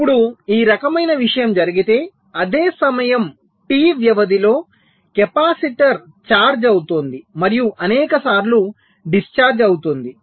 ఇప్పుడు ఈ రకమైన విషయం జరిగితే అదే సమయం T వ్యవధిలో కెపాసిటర్ చార్జ్ అవుతోంది మరియు అనేకసార్లు డిశ్చార్జ్ అవుతుంది